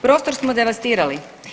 Prostor smo devastirali.